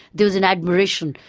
there was an admiration,